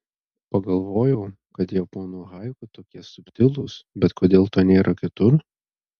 pagalvojau kad japonų haiku tokie subtilūs bet kodėl to nėra kitur